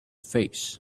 face